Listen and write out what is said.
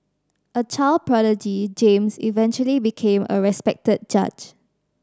a child prodigy James eventually became a respected judge